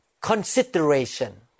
consideration